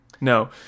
No